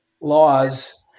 laws